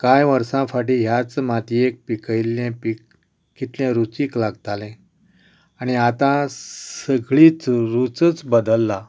कांय वर्सां फाटीं ह्याच मातयेंत पिकयिल्लें पीक कितलें रुचीक लागतालें आनी आतां सगळीं रुचूच बदलल्या